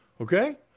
okay